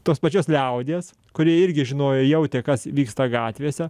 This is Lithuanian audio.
tos pačios liaudies kurie irgi žinojo jautė kas vyksta gatvėse